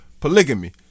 Polygamy